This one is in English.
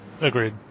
Agreed